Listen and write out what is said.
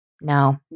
no